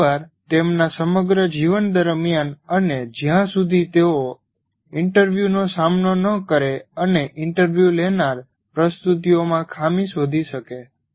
કેટલીકવાર તેમના સમગ્ર જીવન દરમિયાન અને જ્યાં સુધી તેઓ ઇન્ટરવ્યૂનો સામનો ન કરે અને ઇન્ટરવ્યુ લેનાર પ્રસ્તુતિઓમાં ખામી શોધી શકે